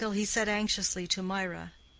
till he said anxiously to mirah,